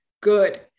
good